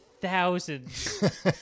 thousands